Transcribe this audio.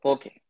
Okay